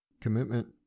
Commitment